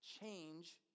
Change